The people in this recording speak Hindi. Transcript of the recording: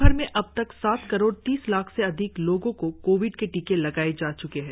देश भर में अबतक सात करोड़ तीस लाख से अधिक लोगो को कोविड के टीके लगाए जा च्के है